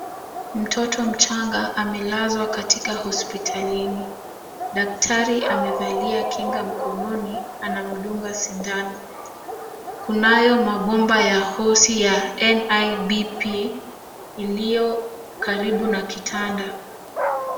Mtoto mchanga amelazwa katika hospitalini. Daktari amevalia kinga mkononi anamdunga sindano. Kunayo mabomba ya hosi ya n i b p ilio karibu na kitanda.